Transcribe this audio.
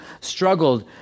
struggled